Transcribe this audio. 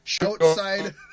outside